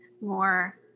more